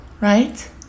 right